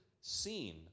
seen